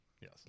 yes